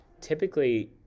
typically